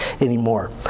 anymore